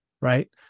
right